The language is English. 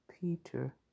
Peter